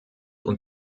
und